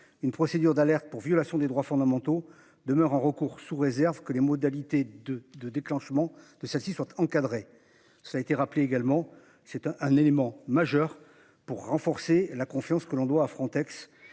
Une procédure d'alerte pour violation des droits fondamentaux demeurent en recours, sous réserve que les modalités de de déclenchement de celle-ci soit encadrée. Ça été rappelé également c'est un, un élément majeur pour renforcer la confiance que l'on doit à Frontex